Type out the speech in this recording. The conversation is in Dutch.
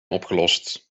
opgelost